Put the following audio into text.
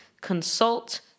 consult